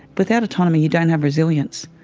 without autonomy you don't have resilience,